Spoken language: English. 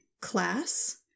class